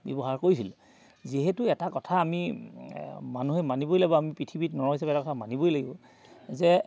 ব্যৱহাৰ কৰিছিলোঁ যিহেতু এটা কথা আমি মানুহে মানিবই লাগিব আমি পৃথিৱীত নৰ হিচাপে এটা কথা মানিবই লাগিব যে